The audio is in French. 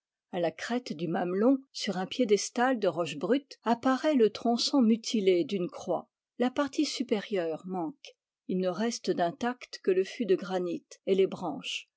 a la crête du mamelon sur un piédestal de roches brutes apparaît le tronçon mutilé d'une croix la partie supérieure manque il ne reste d'intact que le fût de granit et les branches